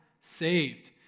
saved